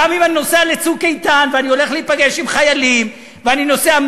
גם אם אני נוסע ל"צוק איתן" ואני הלך להיפגש עם חיילים ואני נוסע,